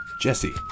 Jesse